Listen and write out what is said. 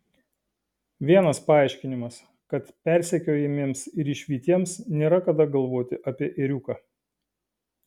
vienas paaiškinimas kad persekiojamiems ir išvytiems nėra kada galvoti apie ėriuką